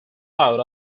out